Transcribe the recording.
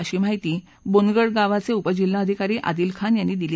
अशी माहिती बोनगर्डगावाचे उपजिल्हाधिकारी आदिल खान यांनी दिली